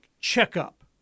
checkup